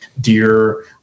deer